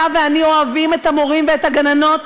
אתה ואני אוהבים את המורים ואת הגננות,